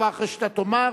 כבר אחרי שאתה אמרת,